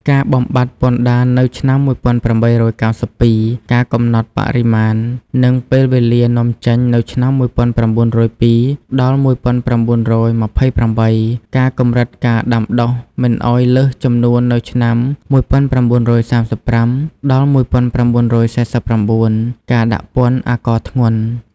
ការបំបាត់ពន្ធដារនៅឆ្នាំ ១៨៩២ ការកំណត់បរិមាណ និងពេលវេលានាំចេញនៅឆ្នាំ ១៩០២ ដល់ ១៩២៨ ការកម្រិតការដាំដុះមិនឱ្យលើសចំនួននៅឆ្នាំ ១៩៣៥ ដល់ ១៩៤៩ ការដាក់ពន្ធអាករធ្ងន់។